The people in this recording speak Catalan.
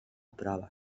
prova